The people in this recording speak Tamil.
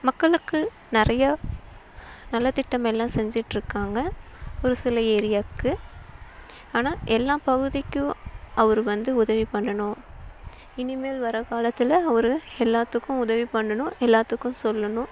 மக்களுக்கு நிறையா நலத்திட்டமெல்லாம் செஞ்சிகிட்டிருக்காங்க ஒரு சில ஏரியாவுக்கு ஆனால் எல்லா பகுதிக்கும் அவரு வந்து உதவி பண்ணணும் இனிமேல் வர காலத்தில் அவரு எல்லாத்துக்கும் உதவி பண்ணணும் எல்லாத்துக்கும் சொல்லணும்